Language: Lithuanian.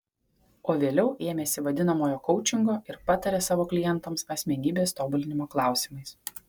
o vėliau ėmėsi vadinamojo koučingo ir pataria savo klientams asmenybės tobulinimo klausimais